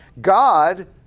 God